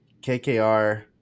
KKR